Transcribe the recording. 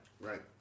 Right